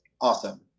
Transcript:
Awesome